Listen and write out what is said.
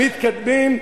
מתקדמים,